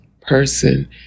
person